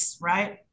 right